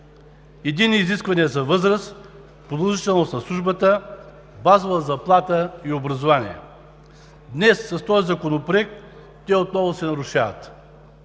единни изисквания за възраст, продължителност на службата, базова заплата и образование. Днес с този Законопроект те отново се нарушават